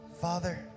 father